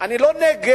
אני לא נגד